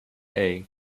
hey